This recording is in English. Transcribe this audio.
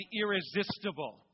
irresistible